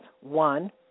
One